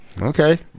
Okay